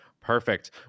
Perfect